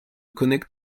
connect